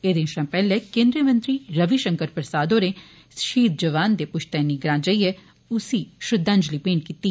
एह्दे शां पैहले केन्द्री मंत्री रवि शंकर प्रसाद होरें शहीद जोआन दे पुश्तैनी ग्रां जाइयै उसगी श्रद्दांजलि दित्ती